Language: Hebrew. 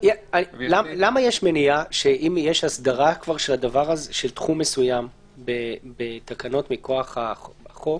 למה יש מניעה שאם יש הסדרה של תחום מסוים בתקנות מכוח החוק,